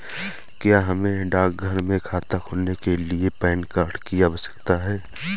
क्या हमें डाकघर में खाता खोलने के लिए पैन कार्ड की आवश्यकता है?